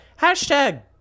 hashtag